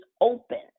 open